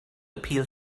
appeal